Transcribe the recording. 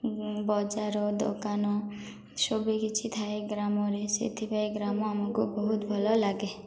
ବଜାର ଦୋକାନ ସବୁ କିଛି ଥାଏ ଗ୍ରାମରେ ସେଥିପାଇଁ ଗ୍ରାମ ଆମକୁ ବହୁତ ଭଲ ଲାଗେ